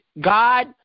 God